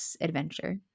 adventure